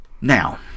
now